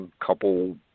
couple